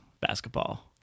basketball